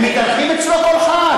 הם מתארחים אצלו כל חג.